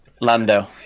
Lando